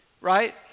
right